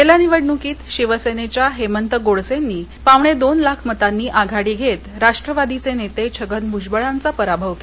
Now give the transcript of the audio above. गेल्या निवडणुकीत शिवसेनेच्या हेमंत गोडसेंनी पावणे दोन लाख मतांनी आघाडी घेत राष्ट्रवादीचे नेते छगन भ्जबळांचा पराभव केला होता